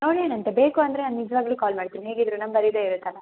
ನೋಡೋಣಂತೆ ಬೇಕು ಅಂದರೆ ನಿಜವಾಗ್ಲು ಕಾಲ್ ಮಾಡ್ತೀನಿ ಹೇಗಿದ್ದರೂ ನಂಬರ್ ಇದೇ ಇರುತ್ತಲ್ಲ